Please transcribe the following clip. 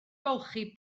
golchi